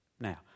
Now